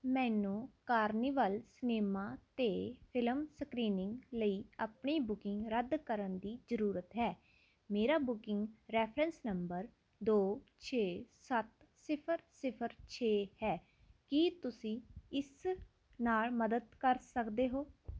ਮੈਨੂੰ Carnival cinema 'ਤੇ film screening ਲਈ ਆਪਣੀ ਬੁਕਿੰਗ ਰੱਦ ਕਰਨ ਦੀ ਜ਼ਰੂਰਤ ਹੈ ਮੇਰਾ ਬੁਕਿੰਗ ਰੈਫਰੈਂਸ ਨੰਬਰ ਦੋ ਛੇ ਸੱਤ ਸਿਫਰ ਸਿਫਰ ਛੇ ਹੈ ਕੀ ਤੁਸੀਂ ਇਸ ਨਾਲ ਮਦਦ ਕਰ ਸਕਦੇ ਹੋ